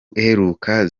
iheruka